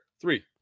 Three